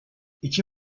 i̇ki